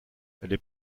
les